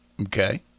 Okay